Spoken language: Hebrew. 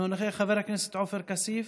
אינו נוכח, חבר הכנסת עופר כסיף,